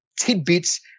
tidbits